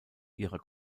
ihrer